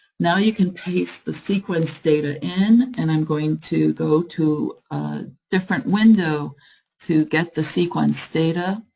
now, you can paste the sequence data in, and i'm going to go to a different window to get the sequence data,